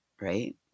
right